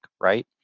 right